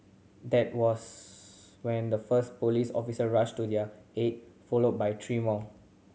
that was when the first police officer rushed to their aid followed by three more